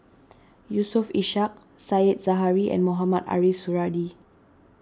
Yusof Ishak Said Zahari and Mohamed Ariff Suradi